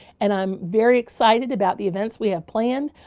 and i'm very excited about the events we have planned.